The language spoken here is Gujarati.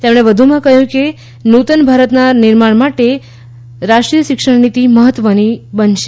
તેમણે કહ્યું કે નુતન ભારતના નિર્માણ માટે રાષ્ટ્રીય શિક્ષણ નીતિ મહત્વની બનશે